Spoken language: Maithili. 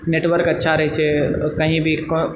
नेटवर्क अच्छा रहैत छै कही भी